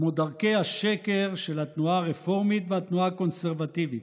כמו דרכי השקר של התנועה הרפורמית והתנועה הקונסרבטיבית.